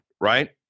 Right